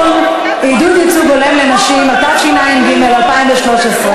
התשע"ד 2014,